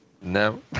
No